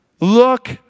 Look